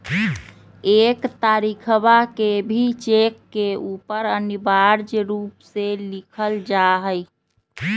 एक तारीखवा के भी चेक के ऊपर अनिवार्य रूप से लिखल जाहई